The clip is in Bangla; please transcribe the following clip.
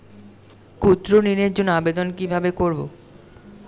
ক্ষুদ্র ঋণের জন্য আবেদন কিভাবে করব?